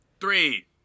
Three